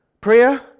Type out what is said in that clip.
Prayer